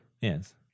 Yes